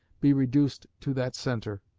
be reduced to that center.